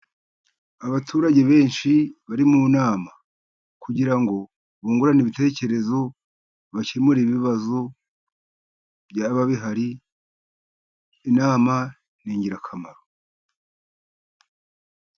Abaturage benshi bari mu nama, kugira ngo bungurane ibitekerezo, bakemure ibibazo byaba bihari, inama ni ingirakamaro.